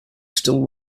still